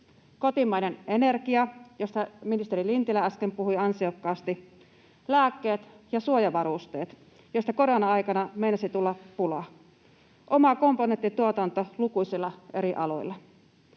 Kotimainen energia, josta ministeri Lintilä äsken puhui ansiokkaasti. Lääkkeet ja suojavarusteet, joista korona-aikana meinasi tulla pulaa. Oma komponenttituotanto lukuisilla eri aloilla.